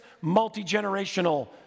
multi-generational